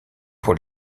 pour